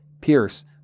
Pierce